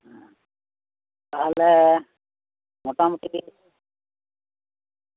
ᱛᱟᱦᱚᱞᱮ ᱢᱳᱴᱟᱢᱩᱴᱤ